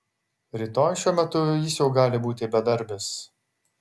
rytoj šiuo metu jis jau gali būti bedarbis